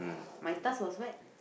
my task was what